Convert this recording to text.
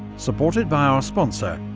supported by our sponsor,